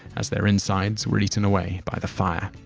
as their insides were eaten away by the fire.